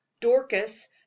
dorcas